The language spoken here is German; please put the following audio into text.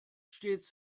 stets